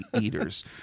eaters